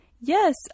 Yes